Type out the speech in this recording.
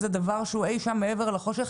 זה דבר שהוא אי שם מעבר להרי החושך,